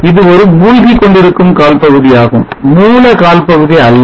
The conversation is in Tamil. இது ஒரு மூழ்கிக் கொண்டிருக்கும் கால் பகுதி ஆகும் மூல கால் பகுதி அல்ல